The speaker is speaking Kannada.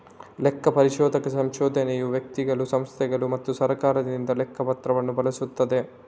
ಲೆಕ್ಕ ಪರಿಶೋಧಕ ಸಂಶೋಧನೆಯು ವ್ಯಕ್ತಿಗಳು, ಸಂಸ್ಥೆಗಳು ಮತ್ತು ಸರ್ಕಾರದಿಂದ ಲೆಕ್ಕ ಪತ್ರವನ್ನು ಬಳಸುತ್ತದೆ